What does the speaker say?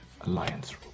alliance